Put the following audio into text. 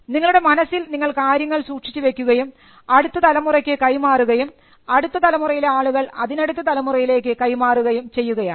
നിങ്ങളുടെ മനസ്സിൽ നിങ്ങൾ കാര്യങ്ങൾ സൂക്ഷിച്ചു വെക്കുകയും അടുത്ത തലമുറയ്ക്ക് കൈമാറുകയും അടുത്ത തലമുറയിലെ ആളുകൾ അതിനടുത്ത തലമുറയിലേക്ക് കൈമാറുകയും ചെയ്യുകയാണ്